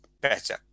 better